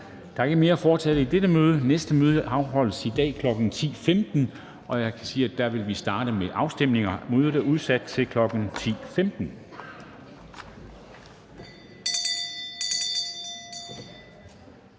Der er ikke mere at foretage i dette møde. Folketingets næste møde afholdes i dag kl. 10.15, og jeg kan sige, at der vil vi starte med afstemninger. Mødet er hævet. (Kl. 10:02).